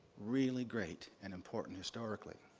really great and important historically.